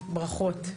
וברכות.